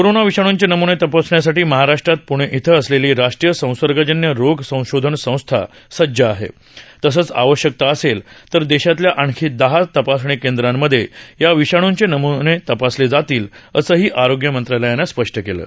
corona विषाणूंचे नमूने तपासण्यासाठी महाराष्ट्रात पृणे इथं असलेली राष्ट्रीय संसर्गजन्य रोग संशोधन संस्था सज्ज आहे तसंच आवश्यकता असेल तर देशातल्या आणखी दहा तपासणी केंद्रांमध्ये या विषाणूंचे नम्ने तपासले जातील असंही आरोग्य मंत्रालयानं म्हटलं आहे